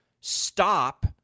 stop